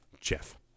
Jeff